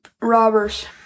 robbers